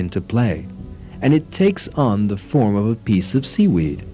into play and it takes on the form of a piece of seaweed